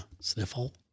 Sniffle